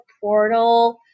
portal